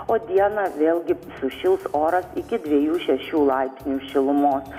o dieną vėlgi sušils oras iki dviejų šešių laipsnių šilumos